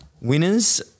Winners